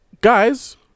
guys